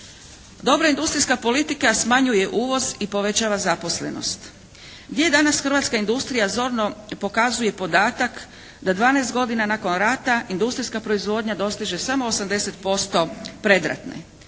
Dobra industrijska politika smanjuje uvoz i povećava zaposlenost. Gdje je danas hrvatska industrija zorno pokazuje i podatak da 12 godina nakon rata industrijska proizvodnja dostiže samo 80% predratne.